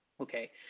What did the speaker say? Okay